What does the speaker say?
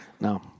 No